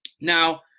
now